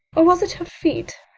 or was it her feet?